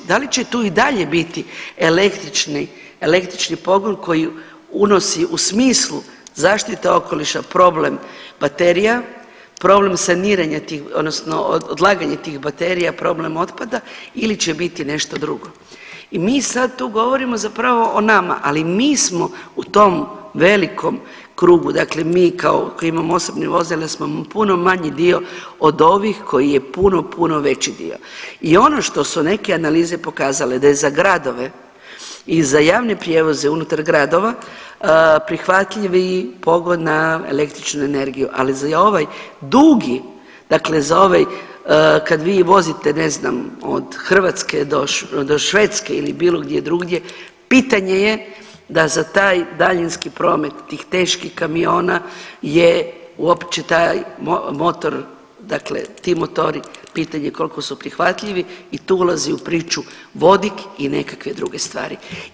Da li će tu i dalje biti električni pogon koji unosi u smislu zaštite okoliša problem baterija, problem saniranja tih .../nerazumljivo/... odnosno odlaganje tih baterija, problem otpada ili će biti nešto drugo i mi sad tu govorimo zapravo o nama, ali mi smo u tom velikom krugu, dakle mi kao, koji imamo osobna vozila da smo puno manji dio od ovih koji je puno, puno veći dio i ono što su neke analize pokazale da je za gradove i za javne prijevoze unutar gradova prihvatljivi pogon na električnu energiju, ali za ovaj dugi, dakle za ovaj, kad vi vozite, ne znam, od Hrvatske do Švedske ili bilo gdje drugdje, pitanje je da za taj daljinski promet tih teških kamiona je uopće taj motor, dakle ti motori, pitanje je koliko su prihvatljivi i tu ulazi u priču vodik i nekakve druge stvari.